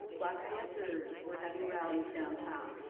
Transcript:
black panthers were having rallies downtown.